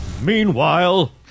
Meanwhile